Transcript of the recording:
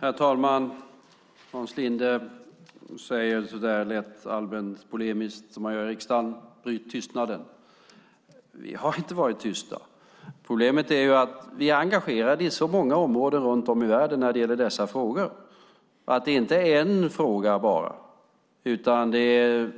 Herr talman! Hans Linde säger lätt allmänpolemiskt, som man gör i riksdagen: Bryt tystnaden. Vi har inte varit tysta. Problemet är att vi är engagerade i så många områden runt om i världen när det gäller dessa frågor. Det är inte bara en fråga, utan vi